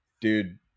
Dude